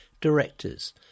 Directors